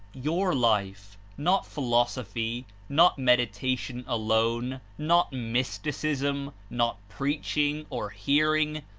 your life, not philosophy, not medi tation alone, not mysticism, not preaching or hearing,